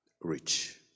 rich